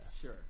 Sure